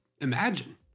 imagine